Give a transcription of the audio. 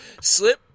slip